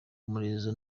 umurizo